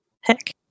Heck